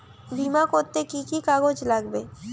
বিমা করতে কি কি কাগজ লাগবে?